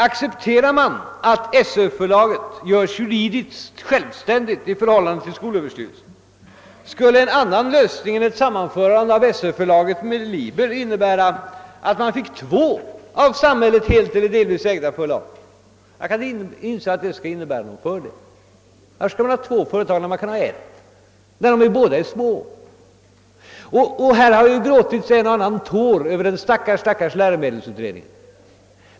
Accepterar man att SÖ-förlaget göres juridiskt självständigt i förhållande till skolöverstyrelsen, skulle en annan lösning än ett sammanförande av Sö-förlaget med Bokförlaget Liber AB innebära att man fick två av samhället helt eller delvis ägda förlag. Jag kan inte inse att det skulle innebära någon fördel att ha två förlag där man kan ha ett. Här har det gråtits en och annan tår över den stackars läromedelsutredningen.